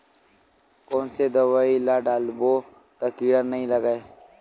कोन से दवाई ल डारबो त कीड़ा नहीं लगय?